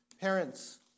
Parents